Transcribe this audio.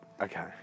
Okay